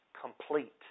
complete